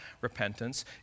repentance